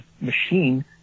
machine